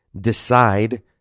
decide